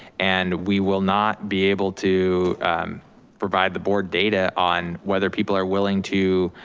and we will not be able to provide the board data on whether people are willing to